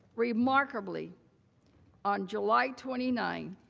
remarkably on july twenty nine,